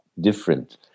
different